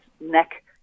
neck